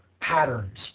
patterns